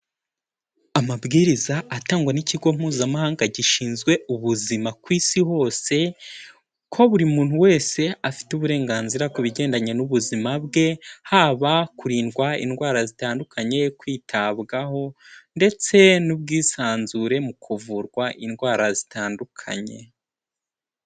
Amabwiriza atangwa n'ikigo mpuzamahanga gishinzwe ubuzima ku isi hose ko buri muntu wese afite uburenganzira ku bigendanye n'ubuzima bwe haba kurindwa indwara zitandukanye kwitabwaho ndetse n'ubwisanzure mu kuvurwa indwara zitandukanye.